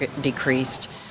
decreased